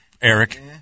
Eric